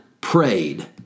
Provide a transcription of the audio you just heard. prayed